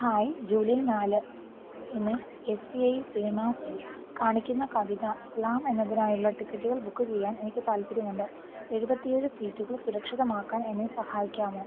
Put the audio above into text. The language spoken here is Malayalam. ഹായ് ജൂലൈ നാല് ഇന് എസ് പി ഐ സിനിമാസിൽ കാണിക്കുന്ന കവിത സ്ലാം എന്നതിനായുള്ള ടിക്കറ്റുകൾ ബുക്ക് ചെയ്യാൻ എനിക്ക് താൽപ്പര്യമുണ്ട് എഴുപത്തി ഏഴ് സീറ്റുകൾ സുരക്ഷിതമാക്കാൻ എന്നെ സഹായിക്കാമോ